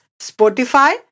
Spotify